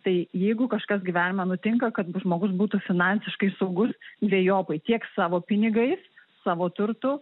tai jeigu kažkas gyvenime nutinka kad žmogus būtų finansiškai saugus dvejopai tiek savo pinigais savo turtu